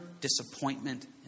disappointment